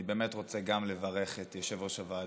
אני באמת רוצה גם לברך את יושב-ראש הוועדה,